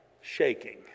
shaking